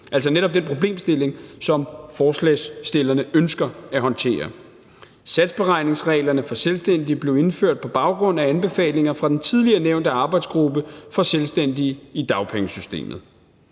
altså netop den problemstilling, som forslagsstillerne ønsker at håndtere. Satsberegningsreglerne for selvstændige blev indført på baggrund af anbefalinger fra den tidligere nævnte arbejdsgruppe for selvstændige i dagpengesystemet.